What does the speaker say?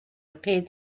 appeared